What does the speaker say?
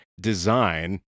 design